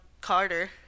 Carter